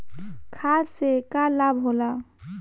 खाद्य से का लाभ होला?